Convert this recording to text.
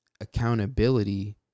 accountability